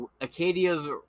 Acadia's